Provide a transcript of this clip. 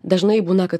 dažnai būna kad